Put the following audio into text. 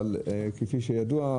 אבל כפי שידוע,